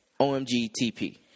OMGTP